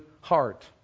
heart